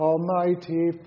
Almighty